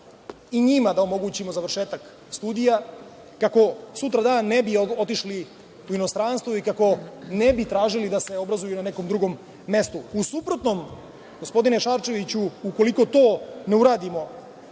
i njima omogućimo završetak studija, kako sutradan ne bi otišli u inostranstvo i kako ne bi tražili da se obrazuju u nekom drugom mestu.U suprotnom, gospodine Šarčeviću, ukoliko to ne uradimo